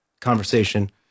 conversation